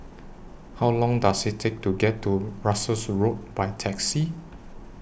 How Long Does IT Take to get to Russels Road By Taxi